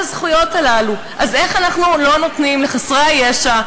אז איך אנחנו לא נותנים לחסרי הישע,